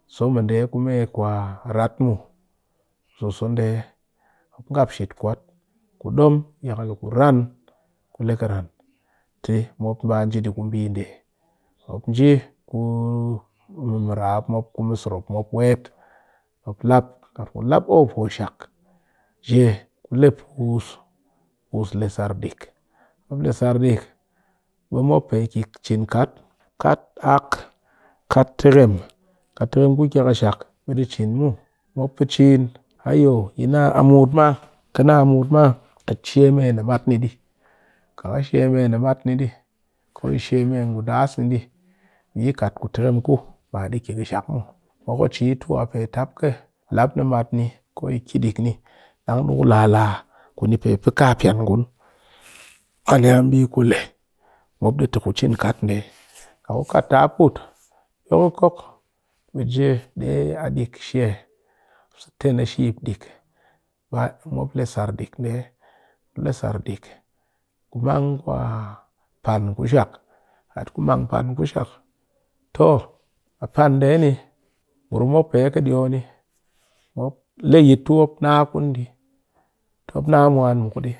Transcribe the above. So mɨ nde ku me kwa rat muw, soso nde mop ngap sit kwat ku dom yakal ku ran, ku le kɨ ran te mop baa nje di ku mbi nde mop nji ku mɨ mirap mop ku mɨ sirop mop wet kat ku lap o pushak jee ku le pus le sar dick mop le sar dick mop pe ki kat aak kat teghem, kat teghem ku kiya kishak bi di cin muw, mop pɨ chin hayo yi naa a muut maa ka naa a muut maa she me nimat dɨ ko ka kat she me nimat ni di ko yi she me ngu das ni dɨ ɓe ka kat ku teghem ba di kiya ɗɨ kɨshak muw, mop kɨ ci tu a kat ku kat aak ko ku lala ɓe dɨ pee kapan ngun ani mbi ku mop tɨ cin kat nde, kat ku man pan ɓi ngurum mop kɨ na ni. Ki chi tu a tap ku laa ku di pe kapian ngun aniya mbi kule mop te ku ki kat nde kat ku kat ta put dyokoko ɓe je de a dick she ten a shep dick ku man pan kushak ngurum mop le yit tu mop naa mwan muk di.